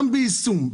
גם ביישום,